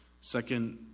Second